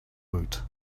woot